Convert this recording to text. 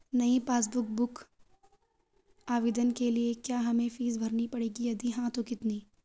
नयी passbook book आवेदन के लिए क्या हमें फीस भरनी पड़ेगी यदि हाँ तो कितनी?